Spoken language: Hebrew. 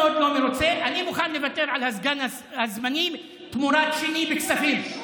אני מוכן לוותר על הסגן הזמני תמורת שני בכספים.